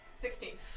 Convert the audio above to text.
Sixteen